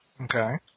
Okay